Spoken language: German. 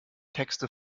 texte